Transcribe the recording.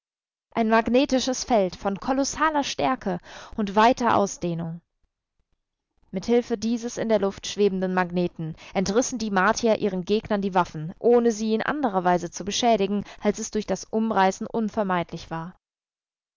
ein magnetisches feld von kolossaler stärke und weiter ausdehnung mit hilfe dieses in der luft schwebenden magneten entrissen die martier ihren gegnern die waffen ohne sie in anderer weise zu beschädigen als es durch das umreißen unvermeidlich war